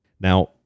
Now